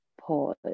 pause